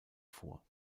vor